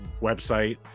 website